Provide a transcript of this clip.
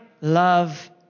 love